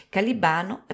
Calibano